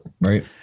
Right